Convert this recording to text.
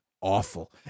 awful